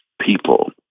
people